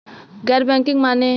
गैर बैंकिंग माने?